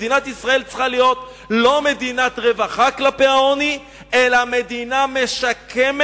מדינת ישראל לא צריכה להיות מדינת רווחה כלפי העוני אלא מדינה משקמת